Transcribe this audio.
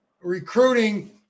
Recruiting